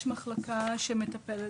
יש מחלקה שמטפלת,